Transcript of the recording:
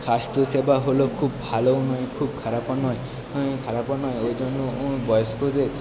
স্বাস্থ্য সেবা হলো খুব ভালোও নয় খুব খারাপও নয় নয় খারাপও নয় ওই জন্য ও বয়েস্কদের